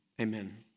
Amen